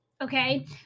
Okay